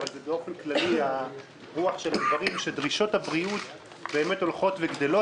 אבל זו רוח הדברים - שדרישות הבריאות הולכות וגדלות.